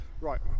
right